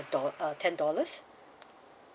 a dol~ uh ten dollars